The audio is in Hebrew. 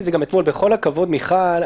משרד הבריאות,